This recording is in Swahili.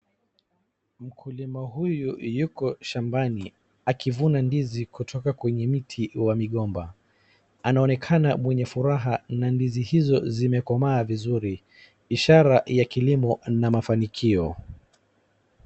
Mkulima huyu yuko shambani akivuna ndizi kutoka kwenye miti wa mgomba. Anaonekana mwenye furaha na ndizi hizo zimekomaa vizuri ishara ya kilimo na mafanikio.